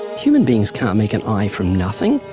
human beings can't make an eye from nothing.